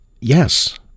Yes